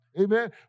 Amen